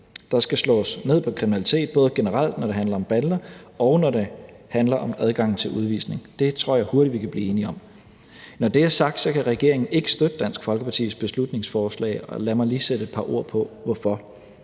Der skal slås ned på kriminalitet, både generelt, når det handler om bander, og når det handler om adgangen til udvisning. Det tror jeg hurtigt vi kan blive enige om. Når det er sagt, kan regeringen ikke støtte Dansk Folkepartis beslutningsforslag, og lad mig lige sætte et par ord på hvorfor.